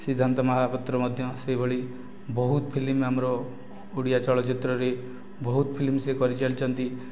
ସିଦ୍ଧାନ୍ତ ମହାପାତ୍ର ମଧ୍ୟ ସେହି ଭଳି ବହୁତ ଫିଲ୍ମ ଆମର ଓଡ଼ିଆ ଚଳଚିତ୍ରରେ ବହୁତ ଫିଲ୍ମ ସେ କରି ଚାଲିଛନ୍ତି